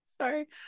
Sorry